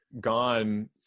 gone